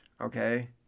okay